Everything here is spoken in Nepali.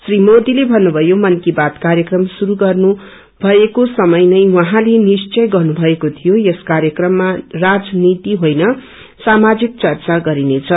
श्री मोदीले भन्नुभयो मनकी बात कार्यक्रम शुरू गर्नु भएको समय नै उहाँले निश्चय गर्नुभएको थियो यस कार्यक्रममा राजनीति होइन सामाजिक चर्चा गरिनेछ